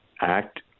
act